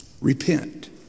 Repent